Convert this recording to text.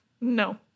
No